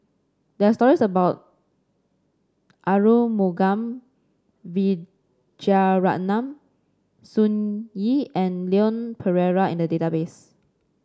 there are stories about Arumugam Vijiaratnam Sun Yee and Leon Perera in the database